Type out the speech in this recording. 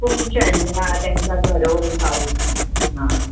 कोण शेणल्या तांकां घरा व्हरून पावता आं